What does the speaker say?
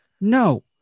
No